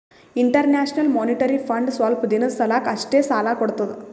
international monetary fund ಸ್ವಲ್ಪ್ ದಿನದ್ ಸಲಾಕ್ ಅಷ್ಟೇ ಸಾಲಾ ಕೊಡ್ತದ್